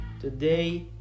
Today